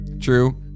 True